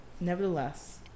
nevertheless